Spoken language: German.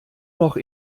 noch